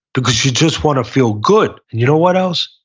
because you just want to feel good and you know what else?